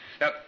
Now